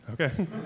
okay